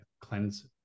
cleanse